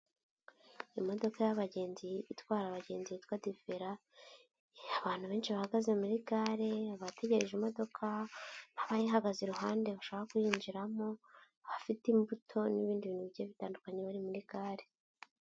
Imodoka y'abagenzi itwara abagenzi yitwa defera abantu benshi bahagaze muri gare bategereje imodoka n'abayihagaze iruhande bashaka kuyinjiramo abafite imbuto n'ibindi bintu bigiye bitandukanye bari muri gare.